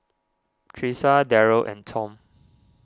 Tressa Darell and Tom